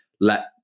let